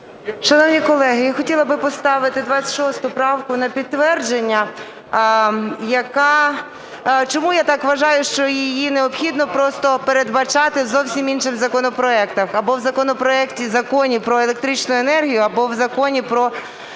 Шановні колеги, я хотіла би поставити 26 правку на підтвердження. Чому я так вважаю, що її необхідно просто передбачати зовсім в інших законопроектах: або в законопроекті, Законі про електричну енергію, або в Законі про бюджет України